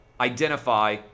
identify